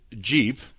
Jeep